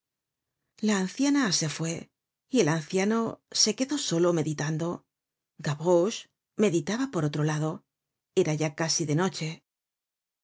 la anciana se fué y el anciano se quedó solo meditando gavroche meditaba por otro lado era ya casi de noche